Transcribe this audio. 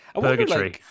Purgatory